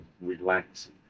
relaxing